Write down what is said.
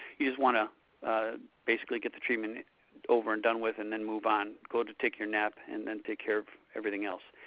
you just want to basically get the treatment over and done with and and move on, go take your nap, and then take care of everything else.